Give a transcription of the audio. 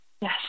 yes